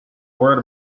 word